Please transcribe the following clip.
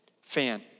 fan